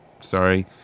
Sorry